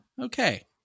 okay